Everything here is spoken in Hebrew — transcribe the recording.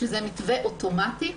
שזה מתווה אוטומטי,